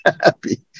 happy